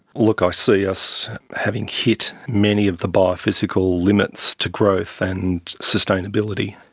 look, i see us having hit many of the biophysical limits to growth and sustainability.